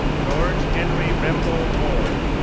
george henry rembold moore,